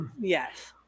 Yes